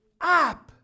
up